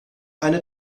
eine